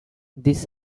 this